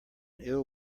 ill